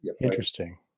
Interesting